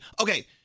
okay